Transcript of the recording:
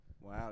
Wow